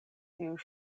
tiuj